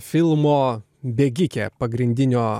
filmo bėgikė pagrindinio